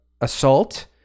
assault—